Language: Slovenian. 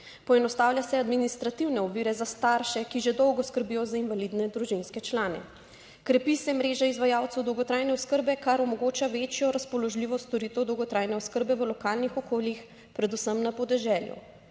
Poenostavlja se administrativne ovire za starše, ki že dolgo skrbijo za invalidne družinske člane. Krepi se mreža izvajalcev dolgotrajne oskrbe, kar omogoča večjo razpoložljivost storitev dolgotrajne oskrbe v lokalnih okoljih, predvsem na podeželju.